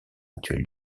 actuel